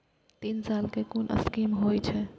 तीन साल कै कुन स्कीम होय छै?